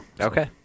Okay